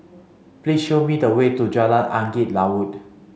please show me the way to Jalan Angin Laut